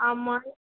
ஆமாம் அது